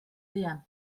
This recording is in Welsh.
fuan